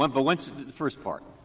um but once the first part.